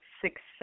success